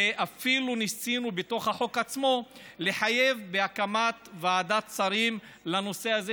אפילו ניסינו בחוק עצמו לחייב הקמת ועדת שרים לנושא הזה,